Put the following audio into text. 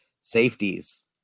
safeties